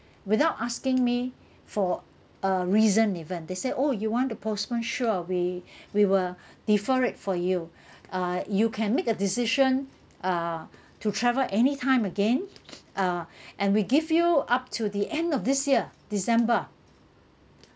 without asking me for a reason even they said oh you want to postpone sure we we will defer it for you uh you can make a decision uh to travel anytime again uh and we give you up to the end of this year december